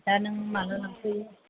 दा नों माब्ला लांफैयो